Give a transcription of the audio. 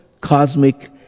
cosmic